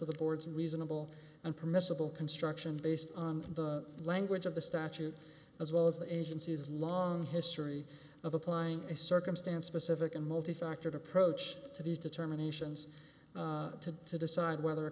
to the board's reasonable and permissible construction based on the language of the statute as well as the agency's long history of applying a circumstance specific and multi factor approach to these determinations to to decide whether a